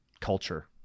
culture